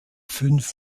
fünf